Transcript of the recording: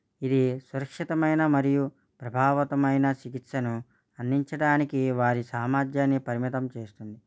ఇది సురక్షితమైన మరియు ప్రభావితమైన చికిత్సను అందించడానికి వారి సామర్థ్యాన్ని పరిమితం చేస్తుంది